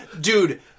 dude